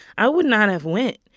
i would not have went,